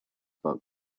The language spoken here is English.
book